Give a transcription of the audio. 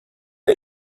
der